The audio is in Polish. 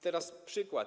Teraz przykład.